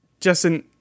Justin